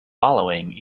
following